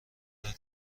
وارد